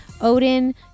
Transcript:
Odin